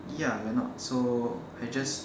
ya we are not so I just